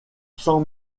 cent